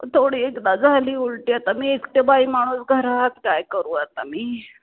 थोडी एकदा झाली उलटी आता मी एकटं बाई माणूस घरात काय करू आता मी